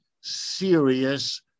serious